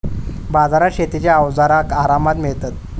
बाजारात शेतीची अवजारा आरामात मिळतत